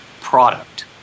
product